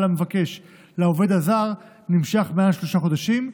המבקש לעובד הזר נמשך מעל שלושה חודשים,